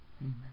Amen